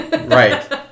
Right